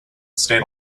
stayed